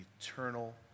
eternal